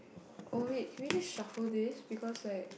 oh wait can we just shuffle this because like